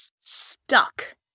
stuck